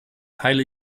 teile